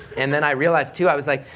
and then i realized, too, i was like,